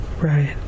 Right